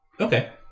Okay